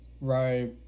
Right